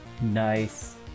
Nice